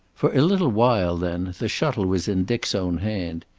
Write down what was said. for a little while then, the shuttle was in dick's own hand.